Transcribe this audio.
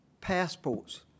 passports